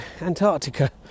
Antarctica